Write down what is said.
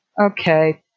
okay